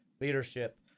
leadership